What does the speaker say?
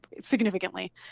significantly